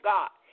God